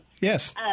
Yes